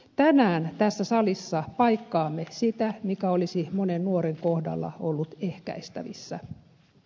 tänään tässä salissa paikkaamme sitä mikä olisi monen nuoren kohdalla ollut ehkäistävissä